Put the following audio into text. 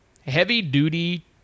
heavy-duty